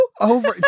Over